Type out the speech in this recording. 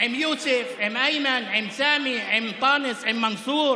עם יוסף, עם איימן, עם סמי, עם אנטאנס, עם מנסור,